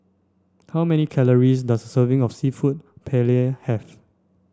how many calories does a serving of Seafood Paella have